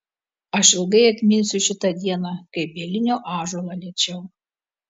aš ilgai atminsiu šitą dieną kai bielinio ąžuolą liečiau